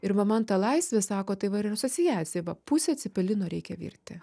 ir va man ta laisvė sako tai va ir asociacija va pusė cepelino reikia virti